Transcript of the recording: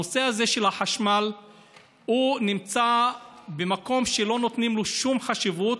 הנושא הזה של החשמל נמצא במקום שלא נותנים לו שום חשיבות,